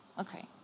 okay